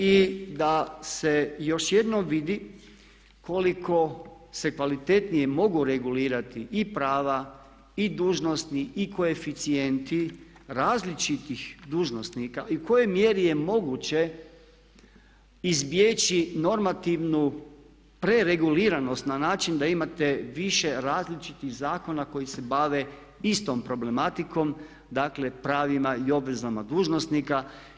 I da se još jednom vidi koliko se kvalitetnije mogu regulirati i prava, i dužnosti, i koeficijenti različitih dužnosnika i u kojoj mjeri je moguće izbjeći normativnu prereguliranost na način da imate više različitih zakona koji se bave istom problematikom, dakle pravima i obvezama dužnosnika.